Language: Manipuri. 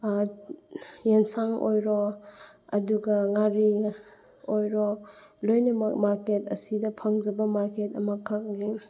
ꯑꯦꯟꯁꯥꯡ ꯑꯣꯏꯔꯣ ꯑꯗꯨꯒ ꯉꯥꯔꯤ ꯑꯣꯏꯔꯣ ꯂꯣꯏꯅꯃꯛ ꯃꯥꯔꯀꯦꯠ ꯑꯁꯤꯗ ꯐꯪꯖꯕ ꯃꯥꯔꯀꯦꯠ ꯑꯃ ꯈꯛꯅꯤ